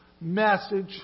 message